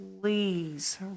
please